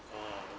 orh